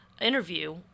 interview